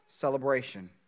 celebration